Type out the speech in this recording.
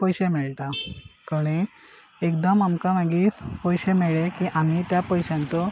पयशे मेळटा कळ्ळे एकदम आमकां मागीर पयशे मेळ्ळे की आमी त्या पयशांचो